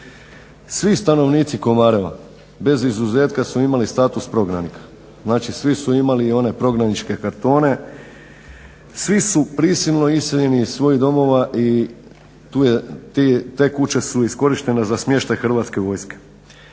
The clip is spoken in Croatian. Svi stanovnici Komareva bez izuzetka su imali status prognanika, znači svi su imali i one prognaničke kartone, svi su prisilno iseljeni iz svojih domova i tu je, te kuće su iskorištene za smještaj Hrvatske vojske.